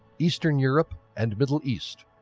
eastern europe and middle east.